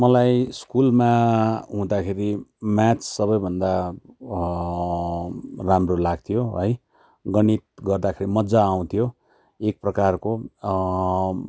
मलाई स्कुलमा हुँदाखेरि म्याथ सबैभन्दा राम्रो लाग्थ्यो है गणित गर्दाखेरि मज्जा आउँथ्यो एकप्रकारको